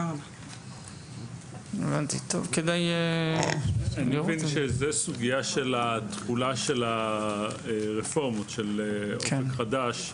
אני מבין שזאת סוגיה של תחולת הרפורמות של אופק חדש.